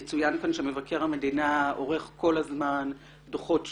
יצוין כאן שמבקר המדינה עורך כל הזמן דוחות שוטפים,